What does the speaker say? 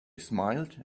smiled